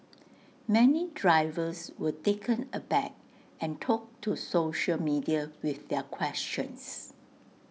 many drivers were taken aback and took to social media with their questions